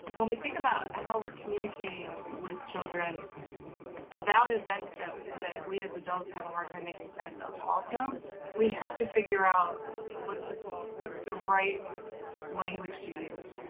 when we think about how we're communicating with children about events that and we as adults have a hard time making sense of also we have to figure out what's what's the right language to use.